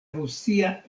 rusia